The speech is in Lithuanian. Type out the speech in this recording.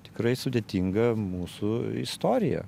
tikrai sudėtinga mūsų istorija